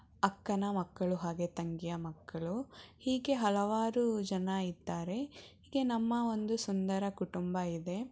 ಅಕ್ಕನ ಮಕ್ಕಳು ಹಾಗೆ ತಂಗಿಯ ಮಕ್ಕಳು ಹೀಗೆ ಹಲವಾರು ಜನ ಇದ್ದಾರೆ ಹೀಗೆ ನಮ್ಮ ಒಂದು ಸುಂದರ ಕುಟುಂಬ ಇದೆ